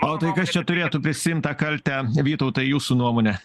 o tai kas čia turėtų prisiimt tą kaltę vytautai jūsų nuomone